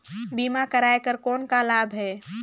बीमा कराय कर कौन का लाभ है?